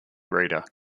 reader